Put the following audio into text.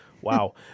Wow